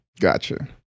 Gotcha